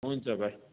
हुन्छ भाइ